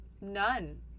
None